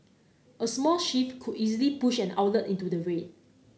a small shift could easily push an outlet into the red